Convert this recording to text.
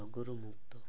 ରୋଗରୁ ମୁକ୍ତ